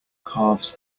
calves